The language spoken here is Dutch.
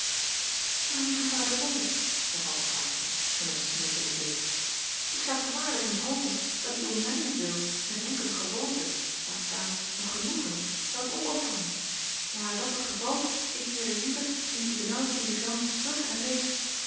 maar lieve vader bol hervatte klaasje met een smeekenden blik ik zou toch waarlijk niet hopen dat u om mijnentwil een enkele gewoonte laat staan een genoegen zoudt opofferen ware dat het geval ik keerde liever in die benaauwde diligence terug en reed